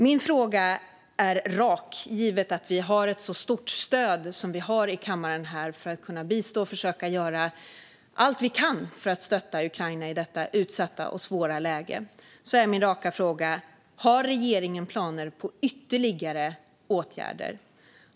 Min fråga är rak, givet att det finns ett så stort stöd i kammaren för att bistå och försöka gör allt vi kan för att stötta Ukraina i detta utsatta och svåra läge. Har regeringen planer på ytterligare åtgärder?